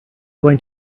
going